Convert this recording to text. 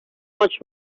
much